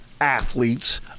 athletes